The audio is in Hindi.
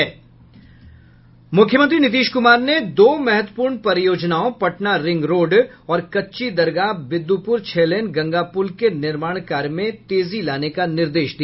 मुख्यमंत्री नीतीश कुमार ने दो महत्वपूर्ण परियोजनाओं पटना रिंग रोड और कच्ची दरगाह बिदुपुर छह लेन गंगा पुल के निर्माण कार्य में तेजी लाने का निर्देश दिया